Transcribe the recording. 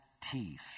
teeth